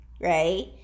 right